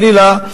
חלילה,